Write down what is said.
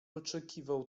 oczekiwał